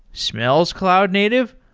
smells cloud native,